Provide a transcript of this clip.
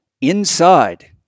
inside